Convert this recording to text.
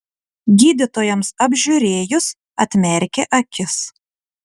gydytojams apžiūrėjus atmerkė akis